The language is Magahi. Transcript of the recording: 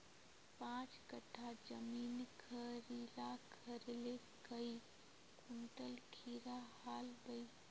पाँच कट्ठा जमीन खीरा करले काई कुंटल खीरा हाँ बई?